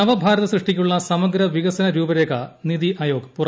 നവഭാരത സൃഷ്ടിക്കുള്ള സമഗ്ര വികസന രൂപരേഖ നിതി ആയോഗ് പുറത്തിറക്കി